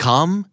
Come